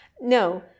No